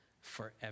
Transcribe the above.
forever